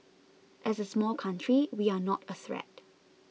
as a small country we are not a threat